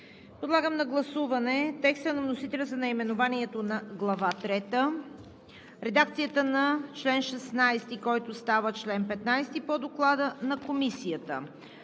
Подлагам на гласуване: текста на вносителя за наименованието на глава трета; редакцията на чл. 16, който става чл. 15 по Доклада на Комисията;